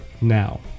now